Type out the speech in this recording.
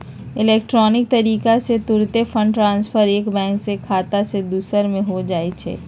electronic तरीका से तूरंते फंड ट्रांसफर एक बैंक के खता से दोसर में हो जाइ छइ